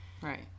right